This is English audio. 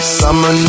summer